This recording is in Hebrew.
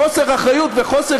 חוסר אחריות וחוסר